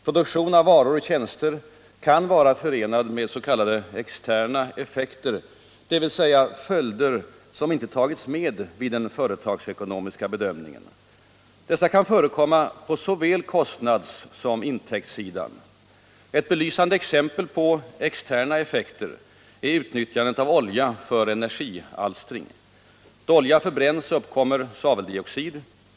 Produktion av varor och tjänster kan vara förenad med s.k. externa effekter, dvs. följder som inte tagits med vid den företagsekonomiska bedömningen. Dessa kan förekomma på såväl kostnads som intäktssidan. Ett belysande exempel på externa effekter är utnyttjandet av olja för energialstring. Då olja förbränns uppkommer svaveldioxid.